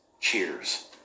cheers